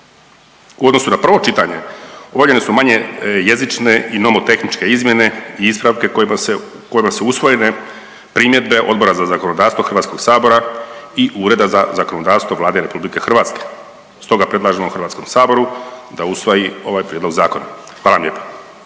U odnosu na prvo čitanje, obavljene su manje jezične i nomotehničke izmjene i ispravke kojima se, kojima su usvojene primjedbe Odbora za zakonodavstvo HS-a i Ureda za zakonodavstvo Vlade RH. Stoga predlažemo HS-u da usvoji ovaj prijedlog zakona. Hvala vam lijepa.